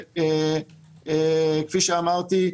כפי שאמרתי,